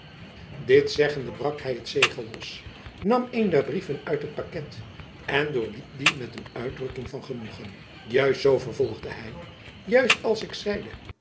dit zeggende brak hy het zegel los nam een der brieven uit het paket en doorliep dien met een uitdrukking van genoegen juist zoo vervolgde hy juist als ik zeide